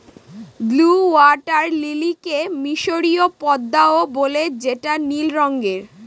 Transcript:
blue water লিলিকে মিসরীয় পদ্মাও বলে যেটা নীল রঙের